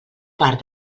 part